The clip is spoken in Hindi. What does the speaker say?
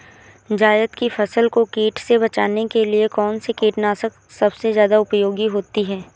जायद की फसल को कीट से बचाने के लिए कौन से कीटनाशक सबसे ज्यादा उपयोगी होती है?